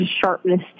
sharpness